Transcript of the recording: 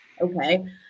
okay